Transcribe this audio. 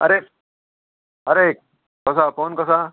आरे आरे कसो आहा पवन कसो आहा